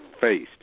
faced